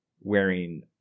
wearing